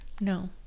No